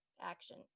action